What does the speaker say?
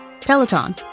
Peloton